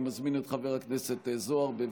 אני מזמין את חבר הכנסת זוהר, בבקשה.